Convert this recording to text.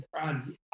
on